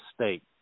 state